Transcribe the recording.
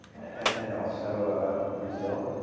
and also brazil.